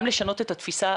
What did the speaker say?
גם לשנות את התפיסה,